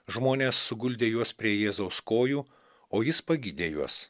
žmonės suguldė juos prie jėzaus kojų o jis pagydė juos